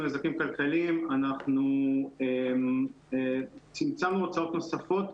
נזקים כלכליים אנחנו צמצמנו הוצאות נוספות.